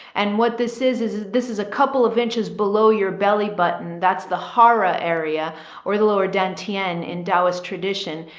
and what this is, is this is a couple of inches below your belly button. that's the aura area or the lower dantian in dallas tradition.